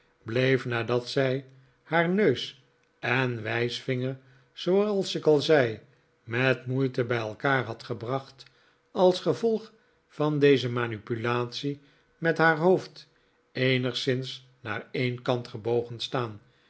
bleef nadat zij haar neus en wijsvinger zooals ik al zei met moeite bij elkaar had gebracht als gevolg van deze manipulatie met haar hoofd eenigszins naar een kant gebogen staan